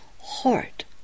heart